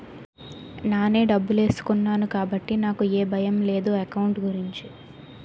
నానే డబ్బులేసుకున్నాను కాబట్టి నాకు ఏ భయం లేదు ఎకౌంట్ గురించి